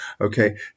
okay